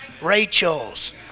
Rachel's